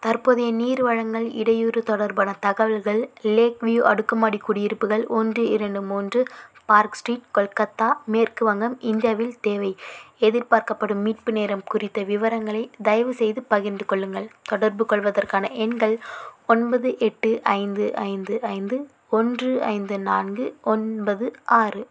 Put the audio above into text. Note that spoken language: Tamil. தற்போதைய நீர் வழங்கல் இடையூறு தொடர்பான தகவல்கள் லேக் வியூ அடுக்குமாடி குடியிருப்புகள் ஒன்று இரண்டு மூன்று பார்க் ஸ்ட்ரீட் கொல்கத்தா மேற்கு வங்கம் இந்தியாவில் தேவை எதிர்பார்க்கப்படும் மீட்பு நேரம் குறித்த விவரங்களை தயவுசெய்து பகிர்ந்து கொள்ளுங்கள் தொடர்புகொள்வதற்கான எண்கள் ஒன்பது எட்டு ஐந்து ஐந்து ஐந்து ஒன்று ஐந்து நான்கு ஒன்பது ஆறு